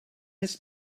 his